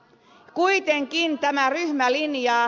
kuitenkin tämä ryhmä linjaa